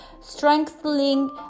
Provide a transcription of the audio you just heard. strengthening